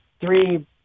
three